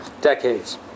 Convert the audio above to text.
decades